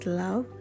love